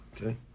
Okay